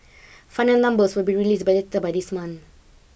final numbers will be released by this month